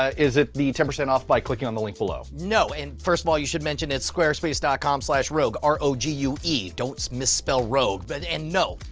is it the ten percent off by clicking on the link below? no and first of all you should mention it's squarespace dot com slash rogue r o g u e. don't misspell rogue, but and no.